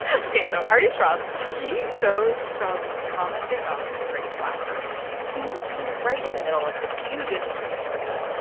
ok. so arty schronce, he goes from commenting on spring flowers to being right in the middle of this huge industry in georgia.